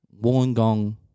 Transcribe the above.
Wollongong